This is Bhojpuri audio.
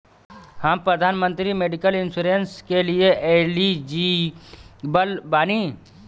हम प्रधानमंत्री मेडिकल इंश्योरेंस के लिए एलिजिबल बानी?